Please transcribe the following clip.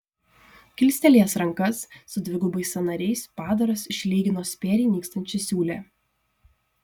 kilstelėjęs rankas su dvigubais sąnariais padaras išlygino spėriai nykstančią siūlę